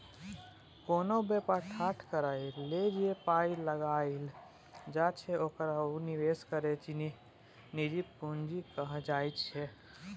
कोनो बेपार ठाढ़ करइ लेल जे पाइ लगाइल जाइ छै ओकरा उ निवेशक केर निजी पूंजी कहल जाइ छै